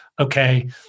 okay